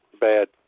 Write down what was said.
bad